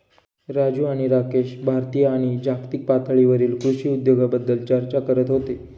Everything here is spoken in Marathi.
राजू आणि राकेश भारतीय आणि जागतिक पातळीवरील कृषी उद्योगाबद्दल चर्चा करत होते